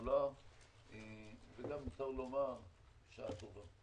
גדולה וגם בשעה טובה.